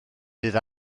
bydd